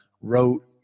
wrote